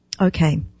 Okay